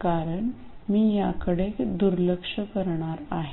कारण मी याकडे दुर्लक्ष करणार आहे